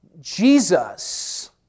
Jesus